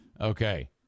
Okay